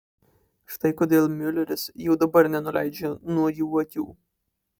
štai kodėl miuleris jau dabar nenuleidžia nuo jų akių